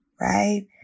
right